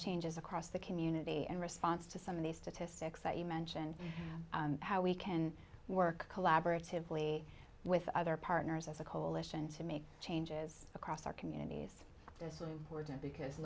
changes across the community and response to some of the statistics that you mention how we can work collaboratively with other partners as a coalition to make changes across our communities